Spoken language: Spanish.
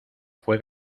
fué